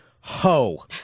ho